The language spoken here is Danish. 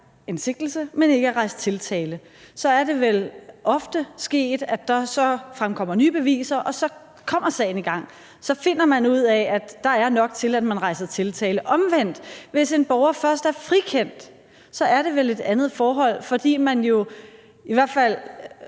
en sigtelse, men ikke er rejst tiltale, er det vel ofte sket, at der så fremkommer nye beviser, og at sagen kommer i gang, og at man så finder ud af, at der er nok til, at man rejser tiltale. Omvendt er det, hvis en borger først er frikendt, vel så et andet forhold, fordi man jo i hvert fald